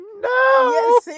No